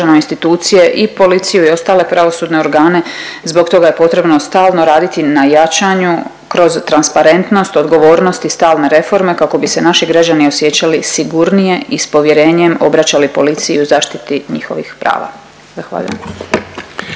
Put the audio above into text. institucije i policiju i ostale pravosudne organe, zbog toga je potrebno stalno raditi na jačanju kroz transparentnost, odgovornost i stalne reforme kako bi se naši građani osjećali sigurnije i s povjerenjem obraćali policiji u zaštiti njihovih prava. Zahvaljujem.